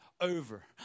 over